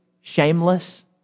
shameless